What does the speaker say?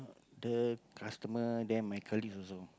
the customer then my colleagues also